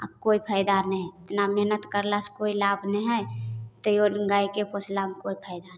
आओर कोइ फायदा नहि एतना मेहनति करलासँ कोइ लाभ नहि हइ तैओ गाइके पोसलामे कोइ फायदा नहि